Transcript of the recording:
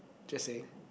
just saying